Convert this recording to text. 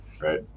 Right